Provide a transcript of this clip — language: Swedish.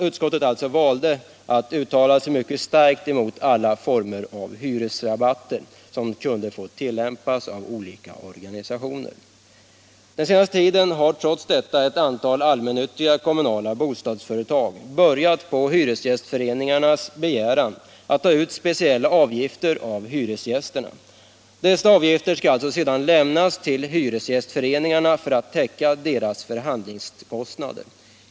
Utskottet valde alltså att uttala sig mycket starkt mot alla former av hyresrabatter som kunde tillämpas av olika organisationer. Trots detta har den senaste tiden ett antal allmännyttiga kommunala bostadsföretag börjat att på hyresgästföreningarnas begäran ta ut speciella avgifter av hyresgästerna. Dessa avgifter skall sedan lämnas till hyresgästföreningarna för att täcka deras förhandlingskostnader.